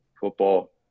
football